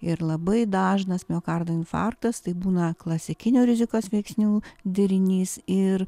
ir labai dažnas miokardo infarktas tai būna klasikinių rizikos veiksnių derinys ir